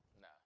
Nah